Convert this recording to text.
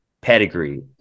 pedigree